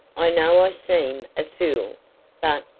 i know i seem a fool but,